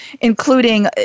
including